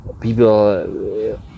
people